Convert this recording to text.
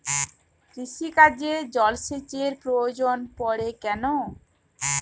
কৃষিকাজে জলসেচের প্রয়োজন পড়ে কেন?